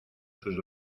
sus